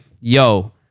Yo